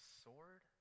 sword